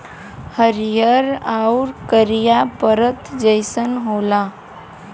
हरिहर आउर करिया परत जइसन होला